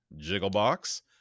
Jigglebox